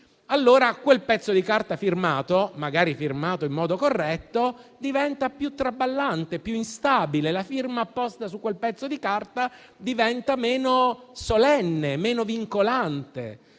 Allora, quel pezzo di carta, magari firmato in modo corretto, diventa più traballante, più instabile. La firma apposta su quel pezzo di carta diventa meno solenne e meno vincolante.